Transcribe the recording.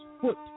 foot